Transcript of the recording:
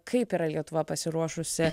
kaip yra lietuva pasiruošusi